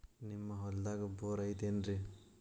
ನಿಮ್ಮ ಹೊಲ್ದಾಗ ಬೋರ್ ಐತೇನ್ರಿ?